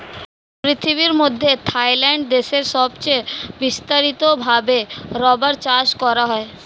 পৃথিবীর মধ্যে থাইল্যান্ড দেশে সবচে বিস্তারিত ভাবে রাবার চাষ করা হয়